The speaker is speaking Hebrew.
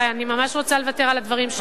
אני ממש רוצה לוותר על הדברים שלי.